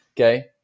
okay